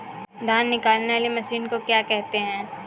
धान निकालने वाली मशीन को क्या कहते हैं?